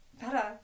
better